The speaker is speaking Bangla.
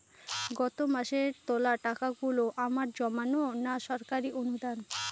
গত মাসের তোলা টাকাগুলো আমার জমানো না সরকারি অনুদান?